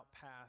path